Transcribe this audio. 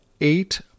eight